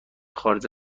خارج